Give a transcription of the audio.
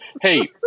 Hey